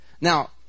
Now